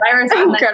Incredible